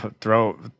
throw